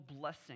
blessing